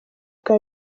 ubwo